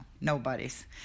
nobody's